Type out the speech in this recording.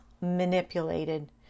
manipulated